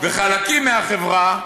וחלקים מהחברה,